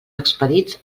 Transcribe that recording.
expedits